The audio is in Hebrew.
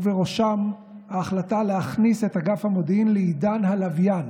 ובראשם ההחלטה להכניס את אגף המודיעין לעידן הלוויין,